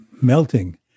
melting